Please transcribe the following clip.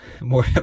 More